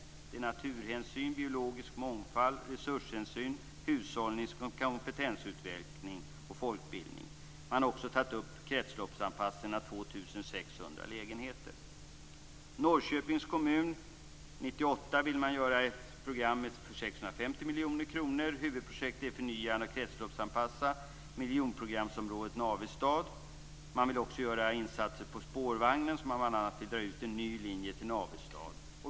Det gäller naturhänsyn, biologisk mångfald, resurshänsyn, hushållnings och kompetensutveckling och folkbildning. Man har också tagit upp kretsloppsanpassning av 2 600 lägenheter. I Norrköpings kommun vill man genomföra program för 650 miljoner kronor 1998. Huvudprojektet gäller att förnya och kretsloppsanpassa miljonprogramsområdet Navestad. Man vill också göra insatser för spårvagnen. Man vill bl.a. dra ut en ny linje till Navestad.